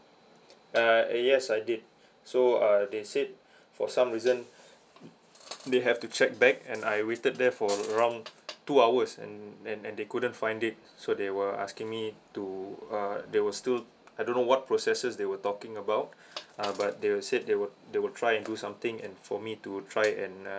uh yes I did so uh they said for some reason they have to check back and I waited there for around two hours and and and they couldn't find it so they were asking me to uh they will still I don't know what processes they were talking about uh but they said they would they would try and do something and for me to try and uh